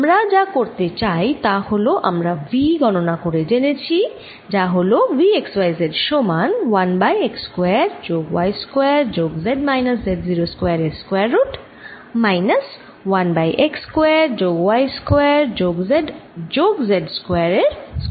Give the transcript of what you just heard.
আমরা যা করতে চাই তা হল আমরা V গণনা করে জেনেছি যা হল V x y z সমান 1 বাই x স্কয়ার যোগ y স্কয়ার যোগ z মাইনাস Z0 স্কয়ার এর square root minus 1 by x square যোগ y স্কয়ার যোগ z যোগ Z0 স্কয়ার এর স্কয়ার রুট